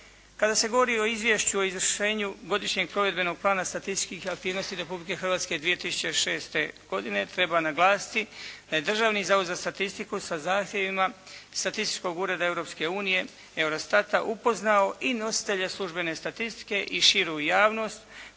Kada se govori o Izvješću o izvršenju godišnjeg provedbenog plana statističkih aktivnosti Republike Hrvatske 2006. godine treba naglasiti da je Državni zavod za statistiku sa zahtjevima Statističkog ureda Europske unije «Eurostata» upoznao i nositelje službene statistike i širu javnost